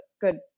good